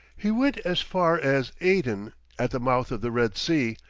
he went as far as aden, at the mouth of the red sea,